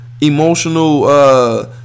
emotional